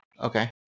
Okay